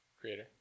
creator